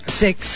six